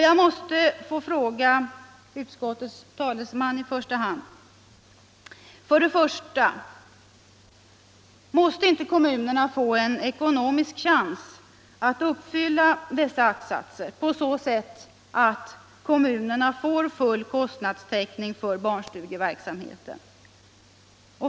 Jag måste ställa några frågor i första hand till utskottets talesman. För det första: Måste inte kommunerna få en ekonomisk chans att uppfylla dessa att-satser på så sätt att kommunerna får full kostnadstäckning för barnstugeverksamheten?